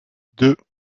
deux